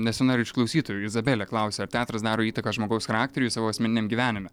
nesinori iš klausytojų izabelė klausia ar teatras daro įtaką žmogaus charakteriui savo asmeniniam gyvenime